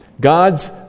God's